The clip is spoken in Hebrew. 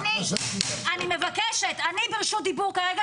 אני ברשות דיבור כרגע,